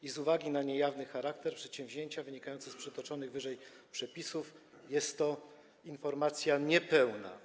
I z uwagi na niejawny charakter przedsięwzięcia wynikający z przytoczonych wyżej przepisów jest to informacja niepełna.